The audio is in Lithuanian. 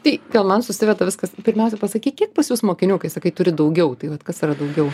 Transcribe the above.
tai gal man susimeta viskas pirmiausia pasakyk kiek pas jus mokinių kai sakai turi daugiau tai vat kas yra daugiau